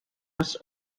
was